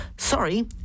Sorry